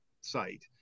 site